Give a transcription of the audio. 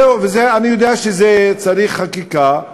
אני יודע שזה מצריך חקיקה,